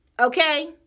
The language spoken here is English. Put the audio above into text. Okay